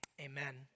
Amen